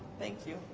thank you.